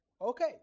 Okay